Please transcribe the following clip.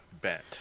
bent